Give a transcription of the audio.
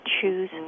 choose